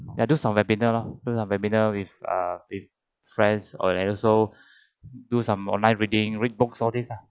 ya do some webinar loh do some webinar with uh with friends or like also do some online reading read books all these ah